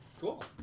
Cool